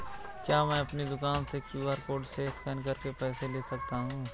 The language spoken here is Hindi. क्या मैं अपनी दुकान में क्यू.आर कोड से स्कैन करके पैसे ले सकता हूँ?